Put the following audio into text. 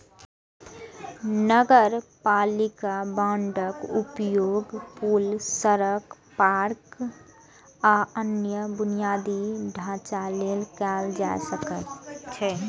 नगरपालिका बांडक उपयोग पुल, सड़क, पार्क, आ अन्य बुनियादी ढांचा लेल कैल जाइ छै